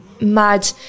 mad